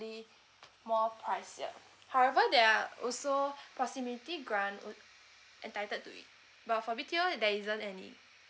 more pricier however there are also proximity grant entitled to it but for B_T_O there isn't any